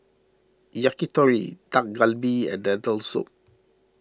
Yakitori Dak Galbi and Lentil Soup